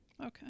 okay